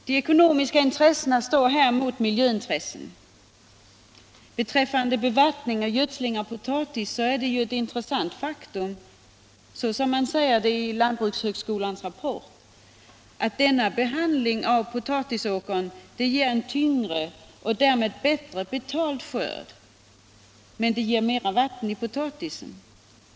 De ekonomiska intressena står här mot miljöintressena. Beträffande bevattning och gödsling av potatis vill jag säga att det ju är ett intressant faktum, som framhålls i lantbrukshögskolans rapport, att denna behandling av potatisåkern ger en tyngre och därmed bättre betald skörd, men det blir mera vatten i potatisen.